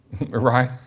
Right